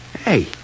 Hey